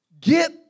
Get